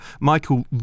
Michael